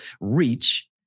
reach